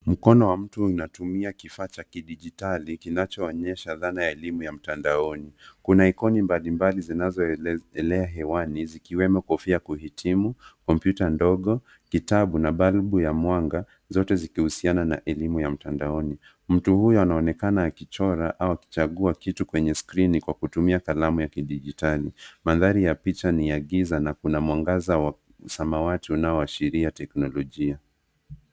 Mkono wa mtu unatumia kifaa cha kidigitali kinachoonyesha dhana ya elimu ya mtandaoni. Kuna ikoni mbalimbali zinazoelea hewani zikiwemo kofia ya kuhitimu, kompyuta ndogo, kitabu na balbu ya mwanga zote zikihusiana na elimu ya mtandaoni. Mtu huyu anaonekana akichora au akichagua kitu kwenye skrini kwa kutumia kalamu ya kidigitali. Mandhari ya picha ni ya giza na kuna mwangaza wa samawati unaoashiria teknolojia.